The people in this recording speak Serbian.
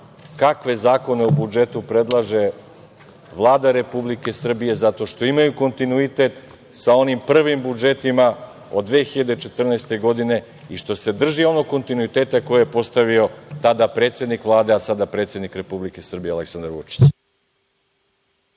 kakve zakone u budžetu predlaže Vlada Republike Srbije, zato što imaju kontinuitet sa onim prvim budžetima od 2014. godine i što se drži onog kontinuiteta koje je postavio tada predsednik Vlade, a sada predsednik Republike Aleksandar Vučić.